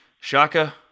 Shaka